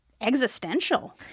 Existential